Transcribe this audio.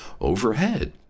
overhead